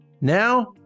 Now